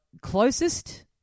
closest